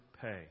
pay